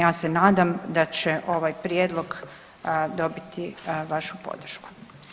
Ja se nadam da će ovaj prijedlog dobiti vašu podršku.